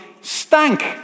stank